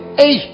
hey